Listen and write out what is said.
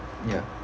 ya